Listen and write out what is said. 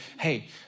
Hey